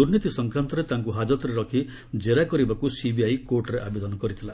ଦୁର୍ନୀତି ସଂକ୍ରାନ୍ତରେ ତାଙ୍କୁ ହାକତରେ ରଖି କ୍ଷେରା କରିବାକୁ ସିବିଆଇ କୋର୍ଟରେ ଆବେଦନ କରିଥିଲା